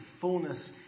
fullness